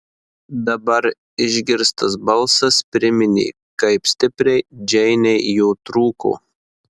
dabar išgirstas balsas priminė kaip stipriai džeinei jo trūko